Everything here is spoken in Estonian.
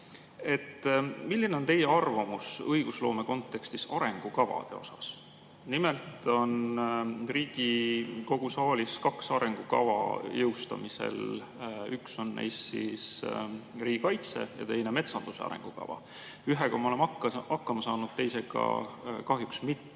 milline on teie arvamus õigusloome kontekstis arengukavade kohta. Nimelt on Riigikogu saalis jõustamisel kaks arengukava. Üks on neist riigikaitse ja teine metsanduse arengukava. Ühega me oleme hakkama saanud, teisega kahjuks mitte.